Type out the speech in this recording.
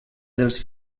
dels